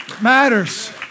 Matters